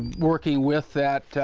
working with that